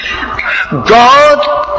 God